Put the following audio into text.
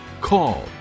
Call